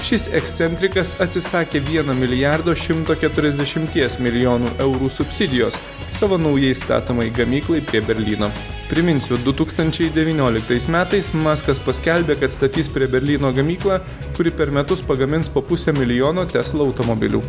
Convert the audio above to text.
šis ekscentrikas atsisakė vieno milijardo šimto keturiasdešimties milijonų eurų subsidijos savo naujai statomai gamyklai prie berlyno priminsiu du tūkstančiai devynioliktais metais maskas paskelbė kad statys prie berlyno gamyklą kuri per metus pagamins po pusę milijono tesla automobilių